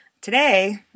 Today